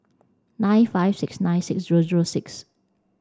nine five six nine six zero zero six